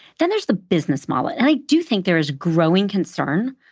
then there's the business model. and i do think there is growing concern,